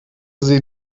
sie